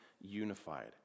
unified